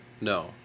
No